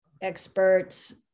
experts